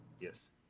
Yes